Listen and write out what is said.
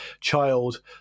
child